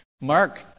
Mark